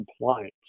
compliance